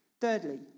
Thirdly